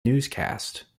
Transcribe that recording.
newscast